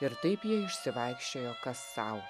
ir taip jie išsivaikščiojo kas sau